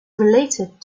related